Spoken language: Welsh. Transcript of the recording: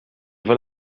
fel